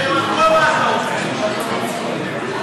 אני רושם הכול, מה שאתה אומר.